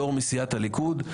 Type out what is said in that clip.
יו"ר מסיעת הליכוד,